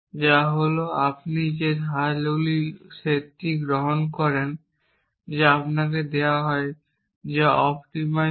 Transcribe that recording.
যা হল আপনি যে ধারাগুলির সেটটি গ্রহণ করেন যা আপনাকে দেওয়া হয় যা অপ্টিমাইজ করে